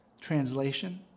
Translation